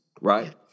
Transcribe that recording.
right